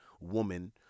woman